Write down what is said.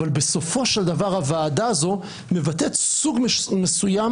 אבל בסופו של דבר הוועדה הזאת מבטאת סוג מסוים